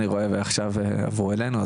אני רואה עכשיו עברו אלינו,